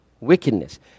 wickedness